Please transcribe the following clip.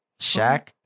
Shaq